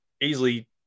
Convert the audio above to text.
easily